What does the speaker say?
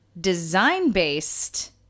Design-based